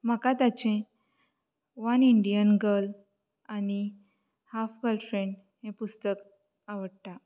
म्हाका ताचें one Indian girl आनी हाफ गलफ्रेंड हें पुस्तक आवडटा